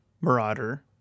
marauder